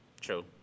True